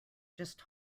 just